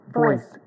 voice